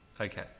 Okay